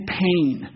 pain